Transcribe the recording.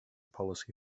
polisi